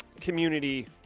community